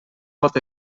pot